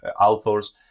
authors